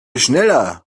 schneller